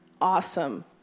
awesome